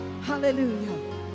Hallelujah